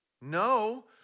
No